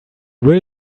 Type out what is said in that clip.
will